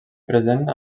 present